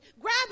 Grab